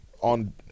on